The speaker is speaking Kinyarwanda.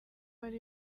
ari